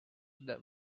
them